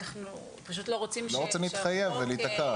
אנחנו פשוט לא רוצים להתחייב ולהיתקע.